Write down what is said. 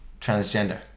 transgender